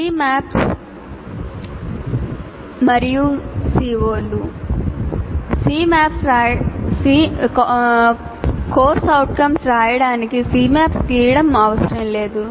Cmaps మరియు CO లు Cs ను రాయడానికి Cmaps గీయడం అవసరం లేదు